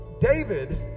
David